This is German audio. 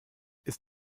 ist